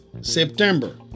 September